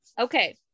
okay